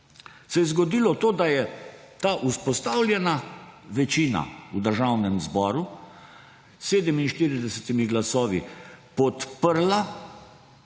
se je zgodilo to, da je ta vzpostavljena večina v Državnem zboru s 47 glasovi podprla